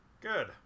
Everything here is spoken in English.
Good